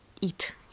eat